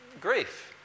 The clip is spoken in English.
grief